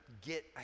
get